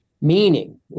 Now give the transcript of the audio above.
Meaning